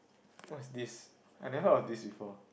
what's this I never heard of this before